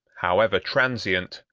however transient,